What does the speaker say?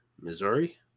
Missouri